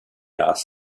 asked